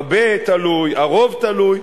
הרוב תלוי,